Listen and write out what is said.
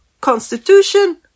constitution